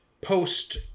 post